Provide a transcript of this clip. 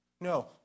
No